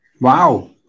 wow